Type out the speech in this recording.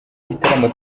igitaramo